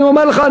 אני אומר לך,